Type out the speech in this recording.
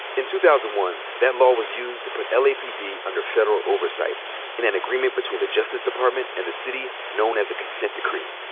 in two thousand and one that law was used to put l. a. p. d. under federal oversight in an agreement between the justice department and the city known as a consent decree.